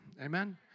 Amen